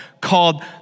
called